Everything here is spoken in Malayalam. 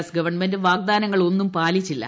എസ് ഗവൺമെന്റ് വാഗ്ദാനങ്ങളൊന്നും പാലിച്ചില്ല